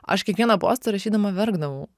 aš kiekvieną postą rašydama verkdavau